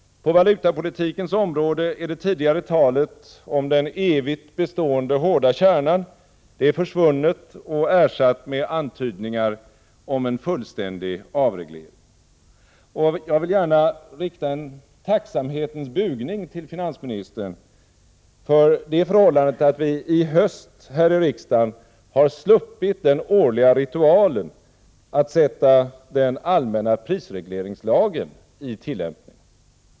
På valutapolitikens område är det tidigare talet om den evigt bestående hårda kärnan försvunnet och ersatt med antydningar om en fullständig avreglering. Och jag vill gärna rikta en tacksamhetens bugning till finansministern för det förhållandet att vi i höst här i riksdagen har sluppit den årliga ritualen att sätta den allmänna prisregleringslagen i tillämpning.